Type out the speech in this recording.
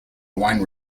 wine